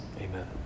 amen